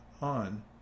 on